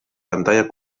pantalla